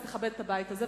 אז תכבד את הבית הזה,